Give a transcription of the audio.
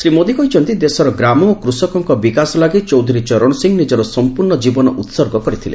ଶ୍ରୀ ମୋଦୀ କହିଛନ୍ତି ଦେଶର ଗ୍ରାମ ଓ କୂଷକଙ୍କ ବିକାଶ ଲାଗି ଚୌଧୁରୀ ଚରଣ ସିଂହ ନିଜର ସମ୍ପୂର୍ଣ୍ଣ ଜୀବନ ଉତ୍ସର୍ଗ କରିଥିଲେ